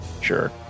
sure